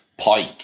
Pike